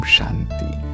Shanti